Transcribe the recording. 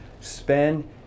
spend